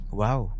wow